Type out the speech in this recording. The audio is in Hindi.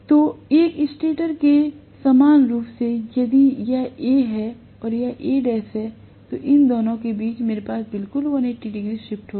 तो एक स्टेटर में सामान्य रूप से यदि यह A है और यह Al है तो इन दोनों के बीच मेरे पास बिल्कुल 180 डिग्री शिफ्ट होगा